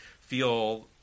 feel